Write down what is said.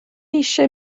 eisiau